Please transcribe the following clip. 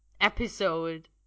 episode